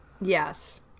Yes